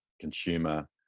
consumer